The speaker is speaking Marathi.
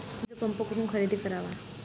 वीजपंप कुठून खरेदी करावा?